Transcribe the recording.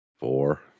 four